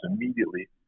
immediately